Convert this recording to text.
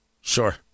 Sure